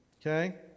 Okay